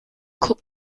guck